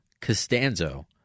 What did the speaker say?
Costanzo